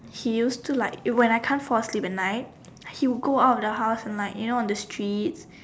he used to like when I can't fall sleep at night he would go out the house and like you know the street